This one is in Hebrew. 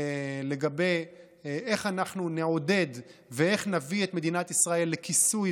לגבי איך אנחנו נעודד ואיך נביא את מדינת ישראל לכיסוי,